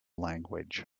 language